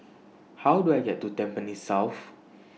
How Do I get to Tampines South